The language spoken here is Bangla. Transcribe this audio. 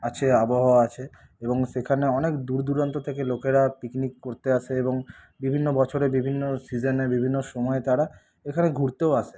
আছে আবহাওয়া আছে এবং সেখানে অনেক দূর দূরান্ত থেকে লোকেরা পিকনিক করতে আসে এবং বিভিন্ন বছরে বিভিন্ন সিজনে বিভিন্ন সময়ে তারা এখানে ঘুরতেও আসে